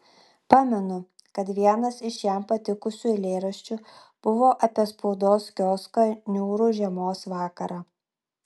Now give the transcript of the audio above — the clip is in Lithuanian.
pamenu kad vienas iš jam patikusių eilėraščių buvo apie spaudos kioską niūrų žiemos vakarą